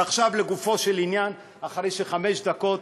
ועכשיו, לגופו של עניין, אחרי שחמש דקות